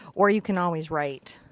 or you can always write